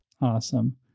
Awesome